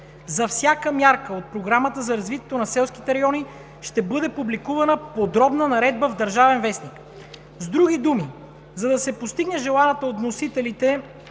За всяка мярка от Програмата за развитието на селските райони ще бъде публикувана подробна наредба в „Държавен вестник“. С други думи, за да се постигне желаната от вносителите